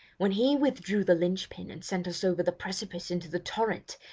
when he withdrew the lynch-pin and sent us over the precipice into the torrent,